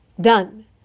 done